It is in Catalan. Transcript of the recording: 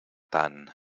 tant